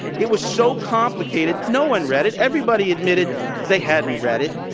it was so complicated no one read it. everybody admitted they hadn't read it.